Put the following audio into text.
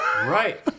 Right